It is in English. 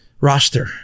roster